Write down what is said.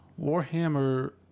Warhammer